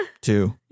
two